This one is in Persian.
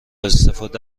استفاده